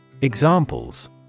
Examples